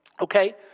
Okay